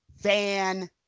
Van